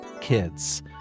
kids